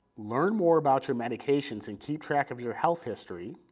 learn more about your medications and keep track of your health history,